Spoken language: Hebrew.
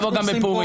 נבוא גם בפורים.